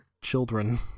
children